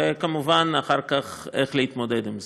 וכמובן אחר כך איך להתמודד עם זה.